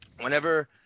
whenever